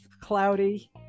Cloudy